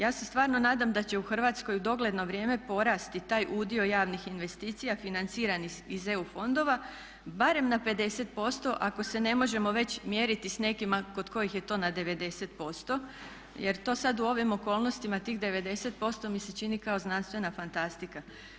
Ja se stvarno nadam da će u Hrvatskoj u dogledno vrijeme porasti taj udio javnih investicija financiranih iz EU fondova barem na 50% ako se ne možemo već mjeriti sa nekima kod kojih je to na 90% jer to sada u ovim okolnostima tih 90% mi se čini kao znanstvena fantastika.